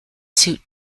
suit